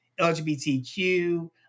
LGBTQ